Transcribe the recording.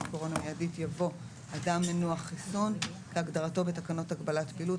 קורונה מידית" יבוא: "אדם מנוע חיסון" כהגדרתו בתקנות הגבלת פעילות,